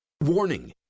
Warning